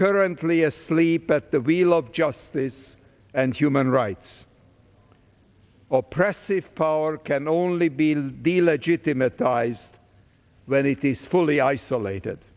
currently asleep at the wheel of justice and human rights oppressive power can only be the illegitimate ties when it is fully isolated